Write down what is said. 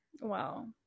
Wow